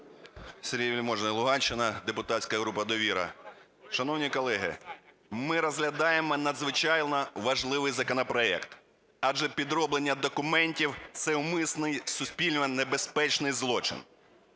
Сергій Вельможний, Луганщина, депутатська група "Довіра". Шановні колеги, ми розглядаємо надзвичайно важливий законопроект, адже підроблення документів – це умисний суспільно небезпечний злочин.